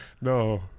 no